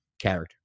character